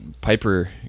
piper